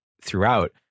throughout